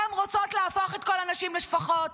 הן רוצות להפוך את כל הנשים לשפחות?